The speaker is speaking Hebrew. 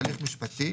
הליך משפטי,